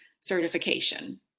certification